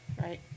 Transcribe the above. Right